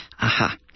Aha